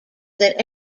that